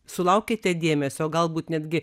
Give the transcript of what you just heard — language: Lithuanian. sulaukiate dėmesio o galbūt netgi